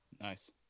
Nice